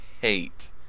hate